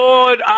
Lord